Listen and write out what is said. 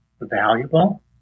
valuable